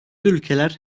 ülkeler